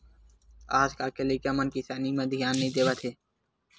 आज कल के लइका मन किसानी म धियान नइ देवत हे